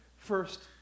First